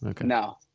no